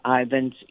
Ivan's